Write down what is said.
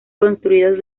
construidos